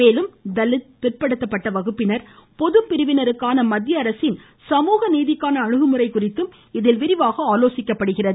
மேலும் தலித் பிற்படுத்தப்பட்ட வகுப்பினர் மற்றும் பொது பிரிவினருக்கான மத்தியஅரசின் சமூகநீதிக்கான அணுகுமுறை குறித்தும் இதில் விரிவாக ஆலோசிக்கப்படுகிறது